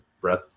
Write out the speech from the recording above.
breath